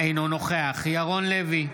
אינו נוכח ירון לוי,